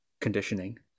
conditioning